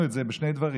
שלל את זה בכל תוקף.